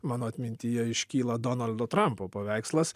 mano atmintyje iškyla donaldo trampo paveikslas